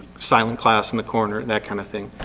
silent class in the corner, that kind of thing.